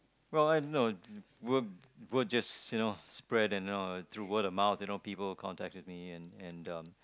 well I don't know word just just you know spread and you know through word of mouth you know people contacted me and and um